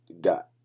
got